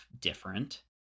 different